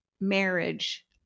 marriage